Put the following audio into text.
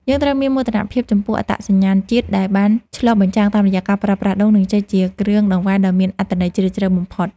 យើងត្រូវមានមោទនភាពចំពោះអត្តសញ្ញាណជាតិដែលបានឆ្លុះបញ្ចាំងតាមរយៈការប្រើប្រាស់ដូង និងចេកជាគ្រឿងដង្វាយដ៏មានអត្ថន័យជ្រាលជ្រៅបំផុត។